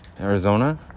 Arizona